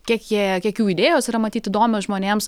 kiek jie kiek jų idėjos yra matyt įdomios žmonėms